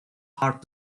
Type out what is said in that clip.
hard